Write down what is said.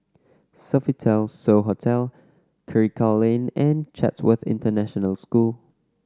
Sofitel So Hotel Karikal Lane and Chatsworth International School